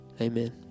Amen